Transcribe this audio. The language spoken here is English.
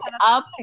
up